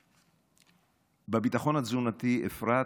בביטחון התזונתי, אפרת,